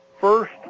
first